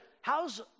how's